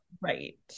Right